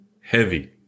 heavy